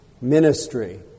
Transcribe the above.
ministry